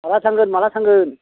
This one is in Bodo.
माला थांगोन माला थांगोन